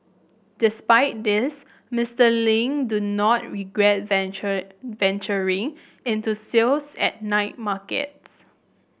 despite this Mister Ling do not regret venture venturing into sales at night markets